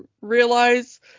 realize